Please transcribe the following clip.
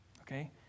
Okay